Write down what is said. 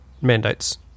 mandates